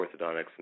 orthodontics